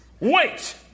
Wait